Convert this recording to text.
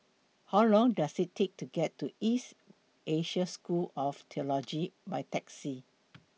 How Long Does IT Take to get to East Asia School of Theology By Taxi